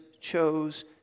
chose